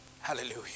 hallelujah